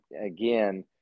again